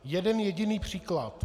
Jeden jediný příklad.